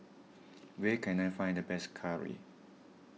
where can I find the best Curry